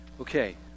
Okay